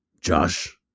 Josh